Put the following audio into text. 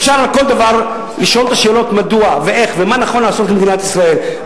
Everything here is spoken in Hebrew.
אפשר על כל דבר לשאול את השאלות מדוע ואיך ומה נכון לעשות כמדינת ישראל.